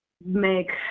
make